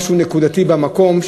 משהו נקודתי במקום,